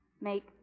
make